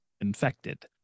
infected